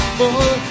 more